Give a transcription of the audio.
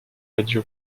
radio